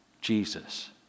Jesus